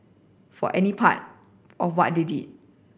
for any part of what they did